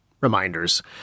reminders